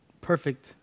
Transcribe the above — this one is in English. perfect